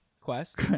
Quest